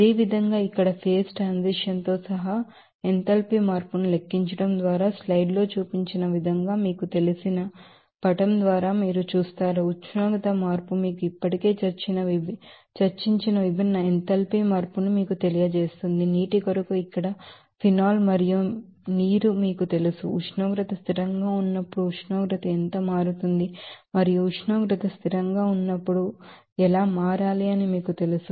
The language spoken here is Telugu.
అదేవిధంగా ఇక్కడ ఫేజ్ ట్రాన్సిషన్ తో సహా ఎంథాల్పీ మార్పును లెక్కించడం ద్వారా స్లైడ్ లో చూపించిన విధంగా మీకు తెలిసిన పటం ద్వారా మీరు చూస్తారు ఉష్ణోగ్రత మార్పు మీకు ఇప్పటికే చర్చించిన విభిన్న ఎంథాల్పీ మార్పును మీకు తెలియజేస్తుంది నీటి కొరకు ఇక్కడ ఫినాల్ మరియు నీరు మీకు తెలుసు ఉష్ణోగ్రత స్థిరంగా ఉన్నప్పుడు ఉష్ణోగ్రత ఎంత మారుతుంది మరియు ఉష్ణోగ్రత స్థిరంగా ఉన్నప్పుడు ఎలా మారాలి అని మీకు తెలుసు